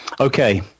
okay